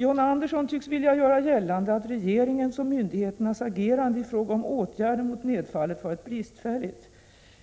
John Andersson tycks vilja göra gällande att regeringens och myndigheternas agerande i fråga om åtgärder mot nedfallet varit bristfälligt.